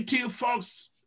folks